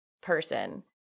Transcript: person